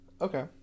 okay